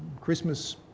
Christmas